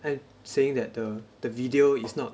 I'm saying that the the video is not